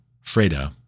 Freda